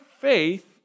faith